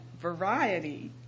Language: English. variety